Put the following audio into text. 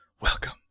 welcome